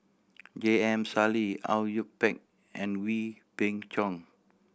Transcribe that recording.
J M Sali Au Yue Pak and Wee Beng Chong